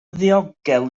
ddiogel